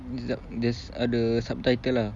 there's ada subtitle lah